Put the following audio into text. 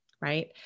right